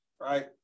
right